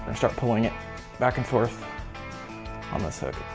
and start pulling it back and forth on this hook.